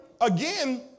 again